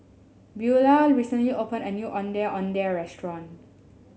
Beula recently opened a new Ondeh Ondeh Restaurant